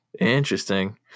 Interesting